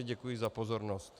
Děkuji za pozornost.